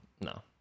no